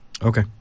Okay